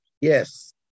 Yes